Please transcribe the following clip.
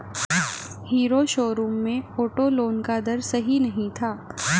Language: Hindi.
हीरो शोरूम में ऑटो लोन का दर सही नहीं था